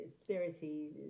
spirity